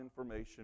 information